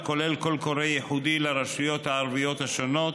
הכולל קול קורא ייחודי לרשויות הערביות השונות,